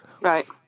Right